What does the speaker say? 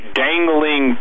dangling